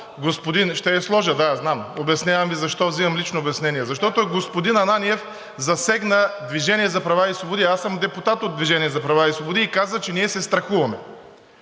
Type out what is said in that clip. Ще я сложа, знам. Обяснявам Ви защо взимам лично обяснение. Защото господин Ананиев засегна „Движение за права и свободи“ – аз съм депутат от „Движение за права и свободи“, и каза, че ние се страхуваме.